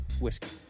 whiskey